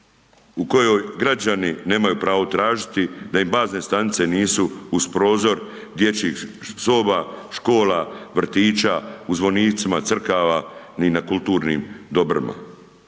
u kojoj građani nemaju pravo tražiti da im bazne stanice nisu uz prozor dječjih soba, škola vrtića, u zvonicima crkava ni na kulturnim dobrima.